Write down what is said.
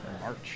March